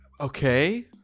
Okay